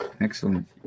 Excellent